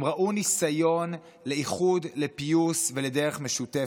הם ראו ניסיון לאיחוד, לפיוס ולדרך משותפת.